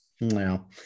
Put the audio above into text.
no